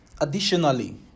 Additionally